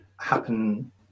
happen